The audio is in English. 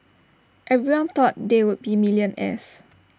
everyone thought they would be millionaires